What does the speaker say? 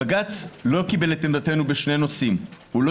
בג"ץ לא קיבל את עמדתנו בשני נושאים: הוא לא